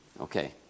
Okay